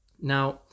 Now